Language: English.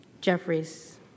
Jeffries